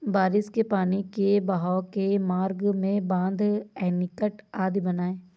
बारिश के पानी के बहाव के मार्ग में बाँध, एनीकट आदि बनाए